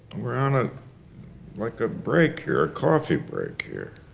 we're on, ah like a break here. a coffee break here.